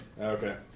okay